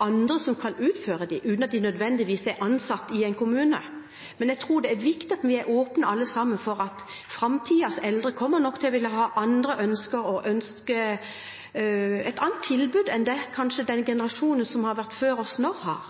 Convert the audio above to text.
andre som kan utføre dem, uten at de nødvendigvis er ansatt i en kommune. Jeg tror det er viktig at vi alle er åpne for at framtidens eldre nok kommer til å ha andre ønsker – ønske et annet tilbud – enn det generasjonen før oss har.